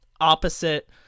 opposite